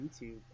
youtube